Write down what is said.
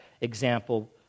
example